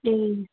ए